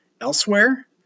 elsewhere